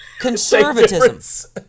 Conservatism